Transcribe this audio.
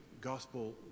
gospel